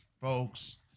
folks